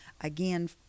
Again